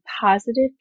Positive